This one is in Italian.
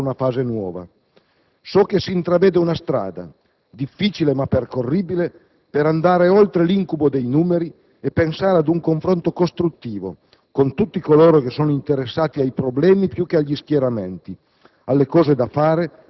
Non so se si apre una fase nuova; so che si intravede una strada, difficile ma percorribile, per andare oltre l'incubo dei numeri e pensare ad un confronto costruttivo con tutti coloro che sono interessati ai problemi più che agli schieramenti,